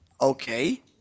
Okay